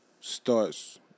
starts